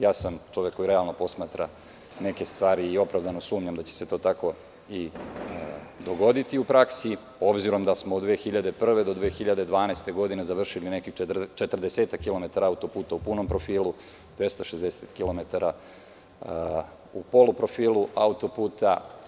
Ja sam čovek koji realno posmatra neke stvari i opravdano sumnjam da će se to tako i dogoditi u praksi, obzirom da smo od 2001. do 2012. godine završili nekih četrdesetak kilometara autoputa u punom profilu, 260 kilometara u poluprofilu autoputa.